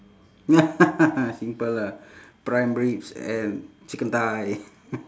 simple ah prime ribs and chicken thigh